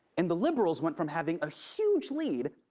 and the liberals went from having a huge lead,